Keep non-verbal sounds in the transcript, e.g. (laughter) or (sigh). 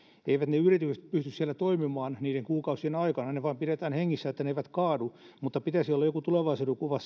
eivät ne yritykset pysty siellä toimimaan niiden kuukausien aikana ne vain pidetään hengissä että ne eivät kaadu mutta pitäisi olla joku tulevaisuudenkuva (unintelligible)